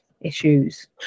issues